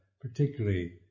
particularly